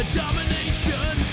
domination